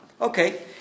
Okay